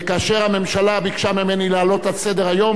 כאשר הממשלה ביקשה ממני להעלות זאת על סדר-היום,